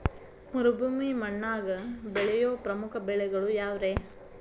ಮರುಭೂಮಿ ಮಣ್ಣಾಗ ಬೆಳೆಯೋ ಪ್ರಮುಖ ಬೆಳೆಗಳು ಯಾವ್ರೇ?